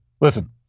listen